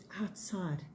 outside